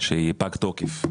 שפג תוקפו.